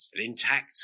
intact